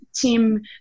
team